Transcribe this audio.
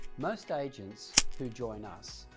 most agents who join us,